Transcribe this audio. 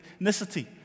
ethnicity